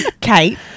Kate